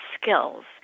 skills